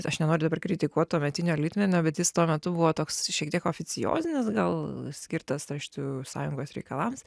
aš nenoriu dabar kritikuot tuometinio litmenio bet jis tuo metu buvo toks šiek tiek oficiozinis gal skirtas rašytojų sąjungos reikalams